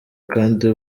kandi